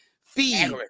feed